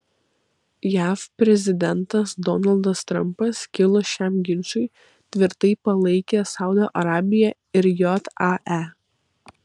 jav prezidentas donaldas trampas kilus šiam ginčui tvirtai palaikė saudo arabiją ir jae